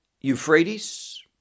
euphrates